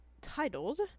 titled